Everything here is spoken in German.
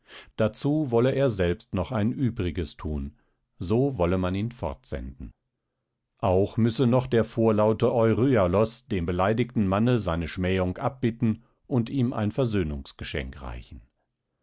dazu wolle er selbst noch ein übriges thun so wolle man ihn fortsenden auch müsse noch der vorlaute euryalos dem beleidigten manne seine schmähung abbitten und ihm ein versöhnungsgeschenk reichen